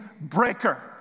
breaker